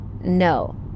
No